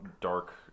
dark